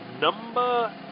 number